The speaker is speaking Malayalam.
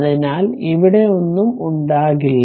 അതിനാൽ ഇവിടെ ഒന്നും ഉണ്ടാകില്ല